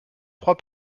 trois